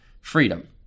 freedom